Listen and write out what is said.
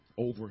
over